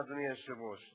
אדוני היושב-ראש,